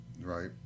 Right